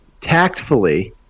tactfully